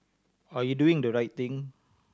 are you doing the right thing